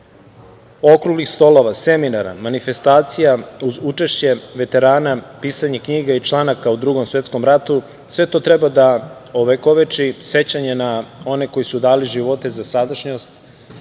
okruglih stolova, seminara, manifestacija, uz učešće veterana, pisanje knjiga i članaka o Drugom svetskom ratu, sve to treba da ovekoveči sećanje na one koji su dali živote za sadašnjost